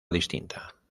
distinta